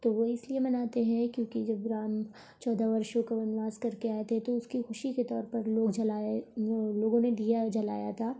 تو وہ اس لیے مناتے ہیں کیونکہ جب رام چودہ ورشوں کا ونواس کر کے آئے تھے تو اس کے خوشی کے طور پر لوگ جلائے لوگوں نے دیا جلایا تھا